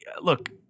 look